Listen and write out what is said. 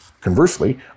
conversely